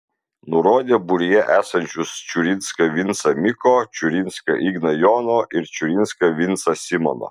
nurodė būryje esančius čiurinską vincą miko čiurinską igną jono ir čiurinską vincą simono